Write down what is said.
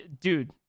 dude